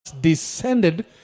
Descended